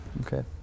Okay